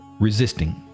Resisting